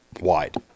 wide